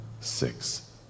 six